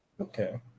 Okay